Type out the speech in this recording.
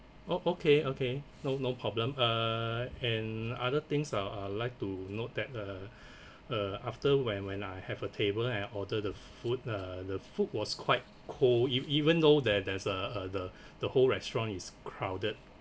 oh okay okay no no problem uh and other things I I'd like to note that uh uh after when when I have a table and order the food ah the food was quite cold ev~ even though that there there's a the the whole restaurant is crowded